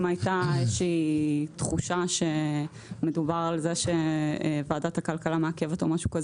אם הייתה איזושהי תחושה שמדובר על זה שוועדת הכלכלה מעכבת או משהו כזה,